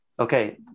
okay